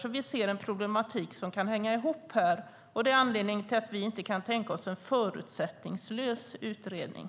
Vi ser här en problematik som kan hänga ihop. Det är anledningen till att vi inte kan tänka oss en förutsättningslös utredning.